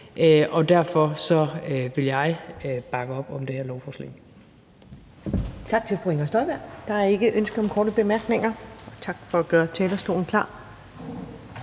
næstformand (Karen Ellemann): Tak til fru Inger Støjberg. Der er ikke ønske om korte bemærkninger. Tak for at gøre talerstolen klar.